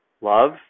love